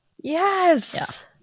yes